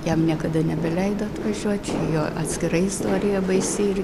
jam niekada nebeleido atvažiuot jo atskira istorija baisi irgi